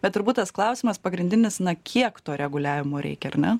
bet turbūt tas klausimas pagrindinis na kiek to reguliavimo reikia ar ne